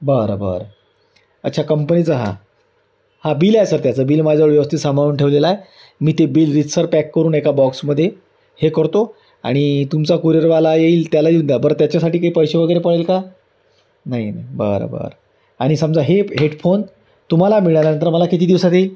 बरं बरं अच्छा कंपनीचं हा हां बिल आहे सर त्याचं बिल माझ्याजवळ व्यवस्थित सांभाळून ठेवलेलं आहे मी ते बिल रीतसर पॅक करून एका बॉक्समध्ये हे करतो आणि तुमचा कुरिअरवाला येईल त्याला येऊन द्या बरं त्याच्यासाठी काही पैसे वगैरे पडेल का नाही नाही बरं बरं आणि समजा हे हेडफोन तुम्हाला मिळाल्यानंतर मला किती दिवसात येईल